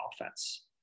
offense